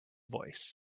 voice